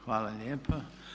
Hvala lijepa.